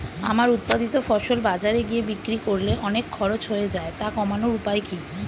আমার উৎপাদিত ফসল বাজারে গিয়ে বিক্রি করলে অনেক খরচ হয়ে যায় তা কমানোর উপায় কি?